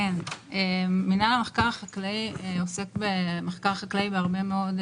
עמידר מפעיל את זה מול היזמים.